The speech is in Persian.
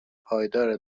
پایدار